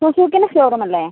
സുസുക്കിയിൻ്റെ showroom അല്ലേ